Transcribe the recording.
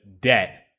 debt